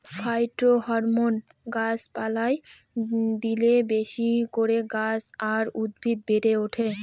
phytohormone গাছ পালায় দিলে বেশি করে গাছ আর উদ্ভিদ বেড়ে ওঠে